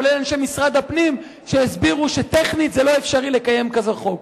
כולל אנשי משרד הפנים שהסבירו שטכנית זה לא אפשרי לקיים כזה חוק.